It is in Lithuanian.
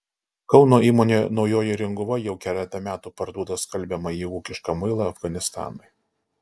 kauno įmonė naujoji ringuva jau keletą metų parduoda skalbiamąjį ūkišką muilą afganistanui